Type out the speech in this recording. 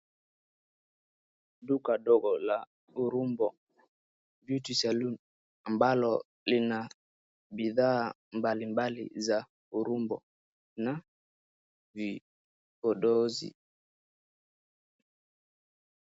Duka ndogo la Urembo Beauty Saloon ambalo lina bidhaa mbalimbali za urembo na vipondozi.